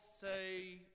say